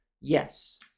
Yes